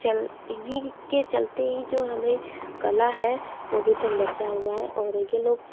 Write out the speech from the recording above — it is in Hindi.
चल इन्हीं के चलते ही जो हमें कला है वो अभी तक बचा हुआ है और ये लोग